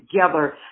together